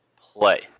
play